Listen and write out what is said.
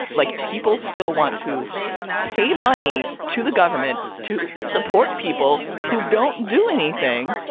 like, people still want to pay money to the government to support people who don't do anything,